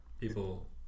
People